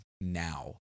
now